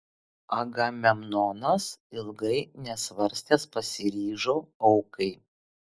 agamemnonas ilgai nesvarstęs pasiryžo aukai